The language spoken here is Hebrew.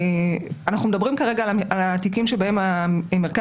אנחנו מדברים כרגע על התיקים שבהם המרכז